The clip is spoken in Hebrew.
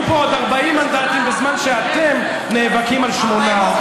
יהיו פה עוד 40 מנדטים בזמן שאתם נאבקים על שמונה.